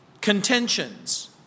contentions